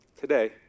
today